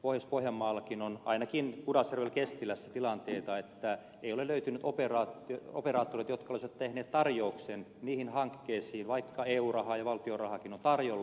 pohjois pohjanmaallakin on ainakin pudasjärvellä ja kestilässä tilanteita että ei ole löytynyt operaattoreita jotka olisivat tehneet tarjouksen niihin hankkeisiin vaikka eu rahaa ja valtion rahaakin on tarjolla